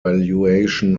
valuation